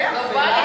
מה זאת אומרת?